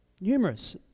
numerous